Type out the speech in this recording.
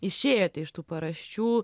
išėjote iš tų paraščių